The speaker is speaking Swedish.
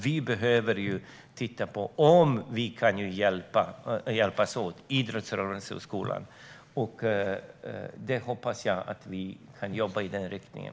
Vi behöver titta på om idrottsrörelse och skola kan hjälpas åt, och jag hoppas att vi kan jobba i den riktningen.